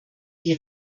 die